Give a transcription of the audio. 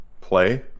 play